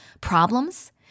problems